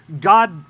God